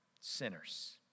sinners